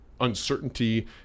uncertainty